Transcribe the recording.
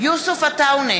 יוסף עטאונה,